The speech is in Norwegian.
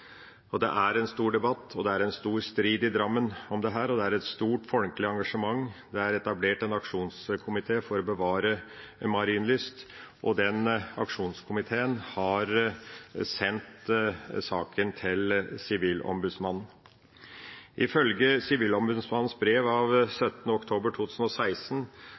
Det har vært en stor debatt, og det er en stor debatt. Det er stor strid i Drammen om dette, og det er et stort folkelig engasjement. Det er etablert en aksjonskomité for å bevare Marienlyst, og den aksjonskomiteen har sendt saken til Sivilombudsmannen. Ifølge Sivilombudsmannens brev av 17. oktober 2016